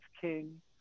king